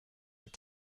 est